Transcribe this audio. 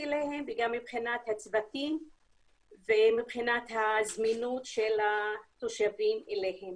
אליהם וגם מבחינת הצוותים ומבחינת הזמינות של התושבים אליהם.